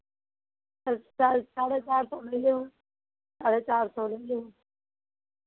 चार साढ़े चार सौ लै लिहो साढ़े चार सौ लै लिहो